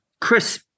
Chris